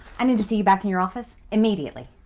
i need to see you back in your office immediately.